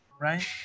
right